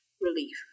relief